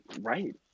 Right